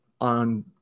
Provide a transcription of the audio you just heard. on